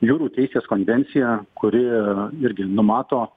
jūrų teisės konvencija kuri irgi numato